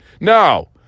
No